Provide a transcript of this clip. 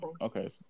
okay